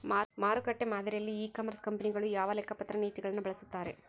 ಮಾರುಕಟ್ಟೆ ಮಾದರಿಯಲ್ಲಿ e commerce ಕಂಪನಿಗಳು ಯಾವ ಲೆಕ್ಕಪತ್ರ ನೇತಿಗಳನ್ನು ಬಳಸುತ್ತಾರೆ?